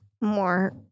more